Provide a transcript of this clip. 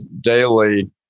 daily